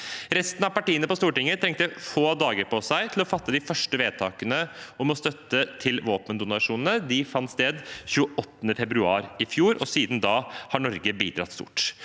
Resten av partiene på Stortinget trengte få dager på seg til å fatte de første vedtakene om støtte til våpendonasjoner. De fant sted den 28. februar i fjor, og siden da har Norge bidratt stort.